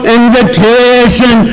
invitation